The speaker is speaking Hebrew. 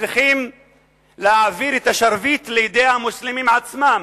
צריכים להעביר את השרביט לידי המוסלמים עצמם.